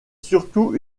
surtout